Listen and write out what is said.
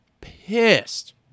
pissed